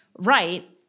right